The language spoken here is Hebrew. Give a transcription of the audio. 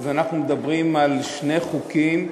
אנחנו מדברים על שני חוקים: